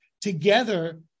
together